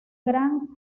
gran